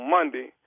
Monday